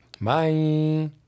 Bye